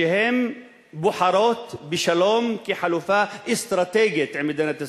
שהן בוחרות בשלום כחלופה אסטרטגית עם מדינת ישראל,